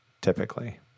typically